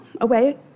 away